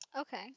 Okay